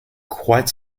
quite